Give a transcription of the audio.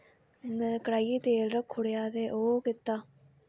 कढ़ाईये च तेल रक्खी ओड़ेआ ते ओह् कीता